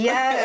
Yes